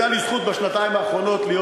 הייתה לי זכות בשנתיים האחרונות להיות